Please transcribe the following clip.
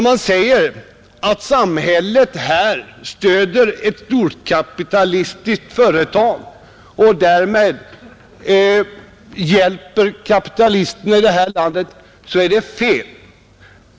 Man säger också att samhället här stöder ett storkapitalistiskt företag och därmed hjälper kapitalismen i det här landet. Detta är fel.